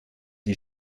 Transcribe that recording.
die